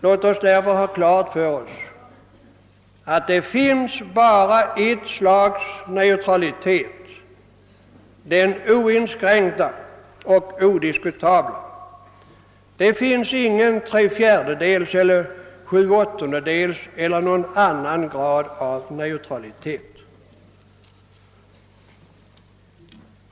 Låt oss därför ha klart för oss att det bara finns ett slags neutralitet: den oinskränkta och odiskutabla. Det ges ingen tre fjärdedels eller sju åttondels eller någon annan grad av neutralitet.